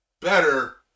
better